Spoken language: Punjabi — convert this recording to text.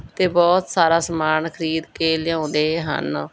ਅਤੇ ਬਹੁਤ ਸਾਰਾ ਸਮਾਨ ਖਰੀਦ ਕੇ ਲਿਆਉਂਦੇ ਹਨ